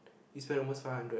we spent almost five hundred